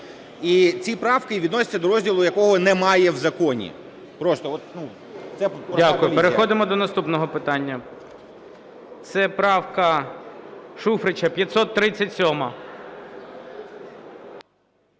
І ці правки відносяться до розділу, якого немає в законі